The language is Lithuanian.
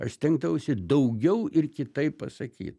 aš stengdavausi daugiau ir kitaip pasaky